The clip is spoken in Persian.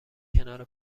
کنار